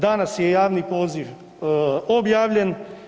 Danas je javni poziv objavljen.